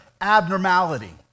abnormality